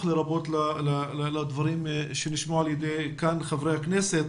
לרבות תגובתו על הדברים שנשמעו חברי הכנסת.